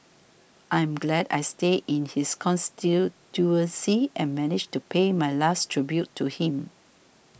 I'm glad I stay in his constituency and managed to pay my last tribute to him